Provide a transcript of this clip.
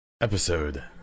episode